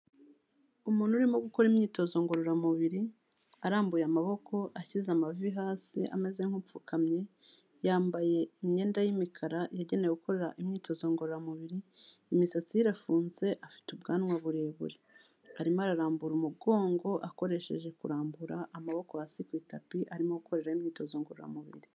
Umuntu urimo gukora imyitozo ngororamubiri, arambuye amaboko, ashyize amavi hasi, ameze nk'upfukamye, yambaye imyenda y'imikara yagenewe gukora imyitozo ngororamubiri, imisatsi ye irafunze afite ubwanwa burebure, arimo ararambura umugongo akoresheje kurambura amaboko hasi ku itapi, arimo gukoreraho imyitozo ngororamubiri.